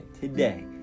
today